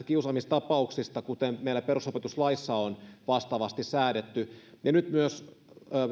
kiusaamistapauksista vastaavasti kuten meillä perusopetuslaissa on säädetty nyt myös